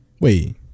Wait